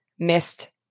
missed